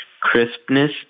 crispness